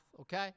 okay